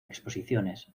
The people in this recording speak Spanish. exposiciones